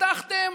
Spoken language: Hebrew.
הבטחתם